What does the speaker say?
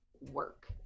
work